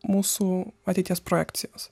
mūsų ateities projekcijos